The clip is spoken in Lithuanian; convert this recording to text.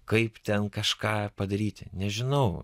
kaip ten kažką padaryti nežinau